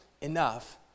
enough